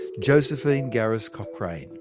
josephine garis cochrane.